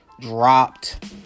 dropped